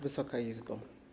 Wysoka Izbo!